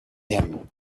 him